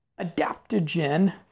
Adaptogen